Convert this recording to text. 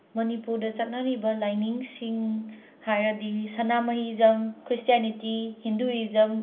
ꯃꯅꯤꯄꯨꯔꯗ ꯆꯠꯅꯔꯤꯕ ꯂꯥꯏꯅꯤꯡꯁꯤꯡ ꯍꯥꯏꯔꯗꯤ ꯁꯅꯥꯃꯍꯤꯖꯝ ꯈ꯭ꯔꯤꯁꯇ꯭ꯌꯥꯅꯤꯇꯤ ꯍꯤꯟꯗꯨꯢꯖꯝ